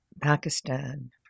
Pakistan